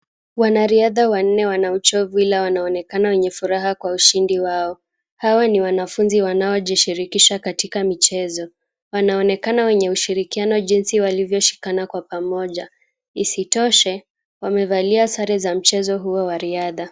Wanariadha wanne wana uchovu ila wanaonekana wenye furaha kwa ushindi wao. Hawa ni wanafunzi wanaojishirikisha katika michezo. Wanaonekana wenye ushirikiano jinsi walivyo shikana kwa pamoja. Isitoshe, wamevalia sare za mchezo huo wa riadha.